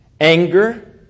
anger